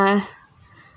are